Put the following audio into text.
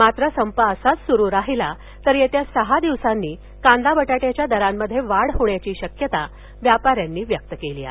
मात्र संप असाच सुरू राहिला तर येत्या सहा दिवसांनी कांदा बटाट्याच्या दरांमध्ये वाढ होण्याची शक्यता व्यापा यांनी व्यक्त केली आहे